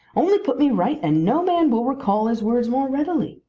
only put me right, and no man will recall his words more readily.